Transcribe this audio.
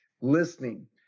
listening